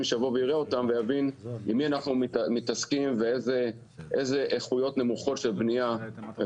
שיבוא ויראה אותם ויבין עם מי אנחנו מתעסקים ואילו איכויות נמוכות תכנוניות